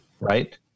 right